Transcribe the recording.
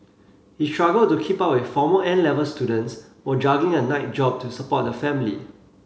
he struggled to keep up with former N Level students while juggling a night job to support the family